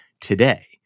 today